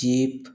jeep